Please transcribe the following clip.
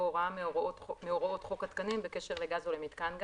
הוראה מהוראות חוק התקנים בקשר לגז או למיתקן גז,